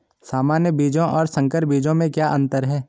सामान्य बीजों और संकर बीजों में क्या अंतर है?